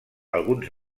alguns